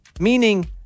meaning